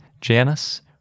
Janice